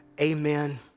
Amen